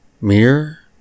Mirror